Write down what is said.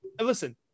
listen